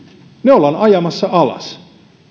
ollaan ajamassa alas